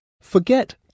Forget